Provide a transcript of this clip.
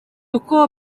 uko